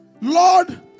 Lord